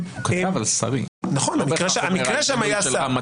המקרה שם היה שר.